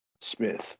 Smith